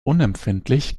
unempfindlich